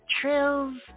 Trills